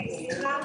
סליחה.